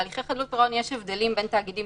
בהליכי חדלות פירעון יש הבדלים בין תאגידים